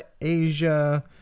Asia